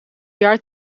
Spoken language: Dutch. jaar